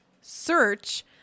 search